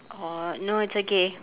oh no it's okay